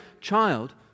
child